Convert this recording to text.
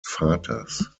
vaters